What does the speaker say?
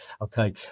Okay